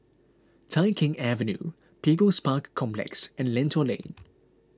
Tai Keng Avenue People's Park Complex and Lentor Lane